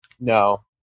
No